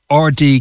RD